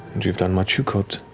and you've done what you could.